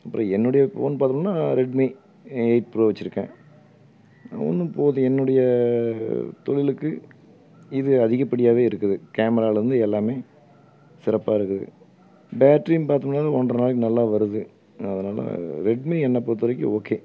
அப்றம் என்னுடைய ஃபோன் பாத்தோம்னா ரெட்மி எயிட் ப்ரோ வெச்சுருக்கேன் இன்னும் போகுது என்னுடைய தொழிலுக்கு இது அதிகப்படியாவே இருக்குது கேம்ராலேந்து எல்லாம் சிறப்பாக இருக்கு பேட்ரின்னு பாத்தோம்னாலே ஒன்றை நாளைக்கு நல்லா வருது அதனால் ரெட்மி என்ன பொருத்த வரைக்கும் ஓகே